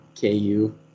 KU